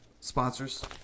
sponsors